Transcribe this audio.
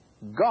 God